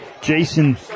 Jason